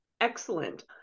Excellent